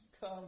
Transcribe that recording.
come